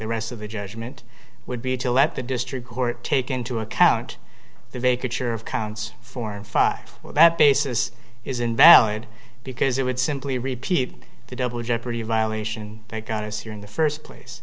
the rest of the judgment would be to let the district court take into account the vacant chair of counts four and five for that basis is invalid because it would simply repeat the double jeopardy violation that got us here in the first place